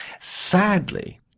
sadly